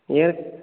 ஏற்